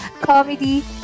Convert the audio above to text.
comedy